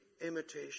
imitation